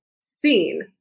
seen